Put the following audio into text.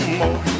more